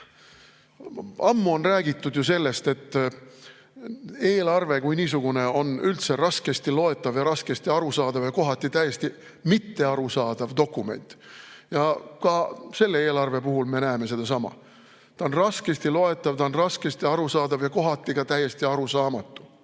ammu on räägitud ju sellest, et eelarve kui niisugune on üldse raskesti loetav, raskesti arusaadav ja kohati täiesti mittearusaadav dokument. Ka selle eelarve puhul me näeme sedasama. Ta on raskesti loetav, ta on raskesti arusaadav ja kohati täiesti arusaamatu. Nii